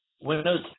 Windows